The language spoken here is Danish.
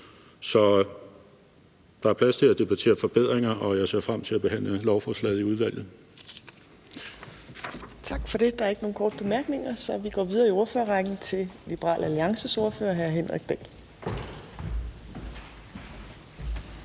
så der er plads til at debattere forbedringer. Jeg ser frem at behandle lovforslaget i udvalget. Kl. 12:56 Fjerde næstformand (Trine Torp): Tak for det. Der er ikke nogen korte bemærkninger, så vi går videre i ordførerrækken til Liberal Alliances ordfører, hr. Henrik Dahl.